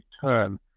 turn